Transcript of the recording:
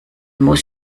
muss